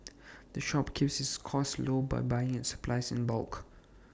the shop keeps its costs low by buying its supplies in bulk